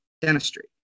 dentistry